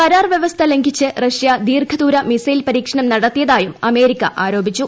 കരാർ വൃവസ്ഥ ലംഘിച്ച് റഷ്യ ദീർഘദൂര മിസൈൽ പരീക്ഷണം നടത്തിയതായും അമേരിക്ക ആരോപിച്ചു